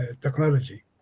technology